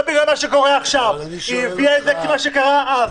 לא בגלל מה שקורה עכשיו אלא בגלל מה שקרה אז.